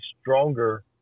stronger